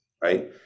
right